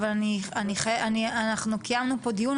אבל אנחנו קיימנו פה דיון,